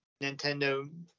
Nintendo